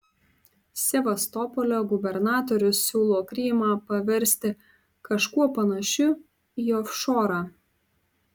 sevastopolio gubernatorius siūlo krymą paversti kažkuo panašiu į ofšorą